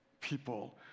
people